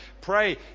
pray